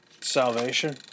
salvation